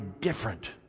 different